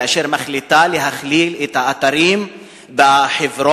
כאשר היא מחליטה להכליל את האתרים בחברון,